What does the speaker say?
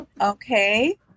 Okay